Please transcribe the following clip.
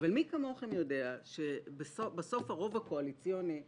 אבל מי כמוכם יודע שבסוף הרוב הקואליציוני מכריע,